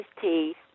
teeth